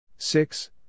Six